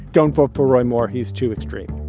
don't vote for roy moore, he's too extreme.